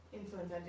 influence